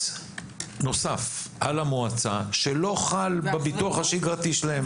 נוסף על המועצה שלא חל בביטוח השגרתי שלהם,